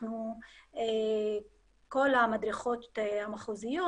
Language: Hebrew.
כל המדריכות המחוזיות,